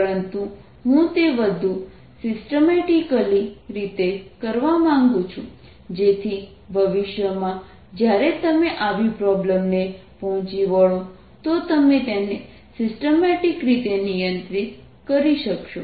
પરંતુ હું તે વધુ સિસ્ટમેટીકલી રીતે કરવા માંગુ છું જેથી ભવિષ્યમાં જ્યારે તમે આવી પ્રોબ્લેમને પહોંચી વળો તો તમે તેને સિસ્ટમેટીક રીતે નિયંત્રિત કરી શકશો